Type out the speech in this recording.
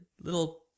little